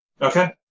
Okay